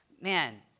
man